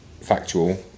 factual